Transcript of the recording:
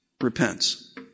repents